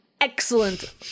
excellent